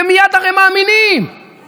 אתם הרי מייד מאמינים למתלוננת.